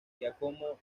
giacomo